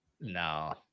No